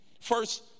first